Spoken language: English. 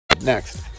Next